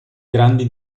grandi